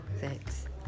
thanks